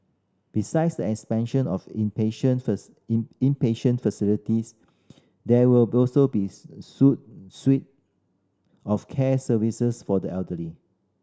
besides the expansion of inpatient inpatient facilities there will also be suite of care services for the elderly